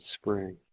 spring